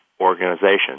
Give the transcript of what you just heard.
organization